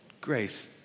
grace